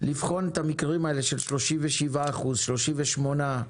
לבחון את המקרים של 37%, 38%,